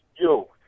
Yo